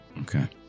Okay